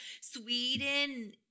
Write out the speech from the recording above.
Sweden